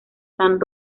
san